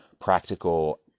practical